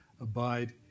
abide